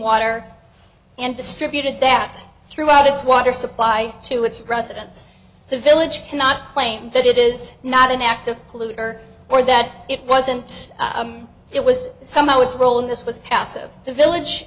water and distributed that throughout its water supply to its residents the village cannot claim that it is not an active polluter or that it wasn't it was somehow its role in this was passive the village